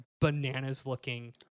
bananas-looking